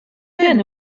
penn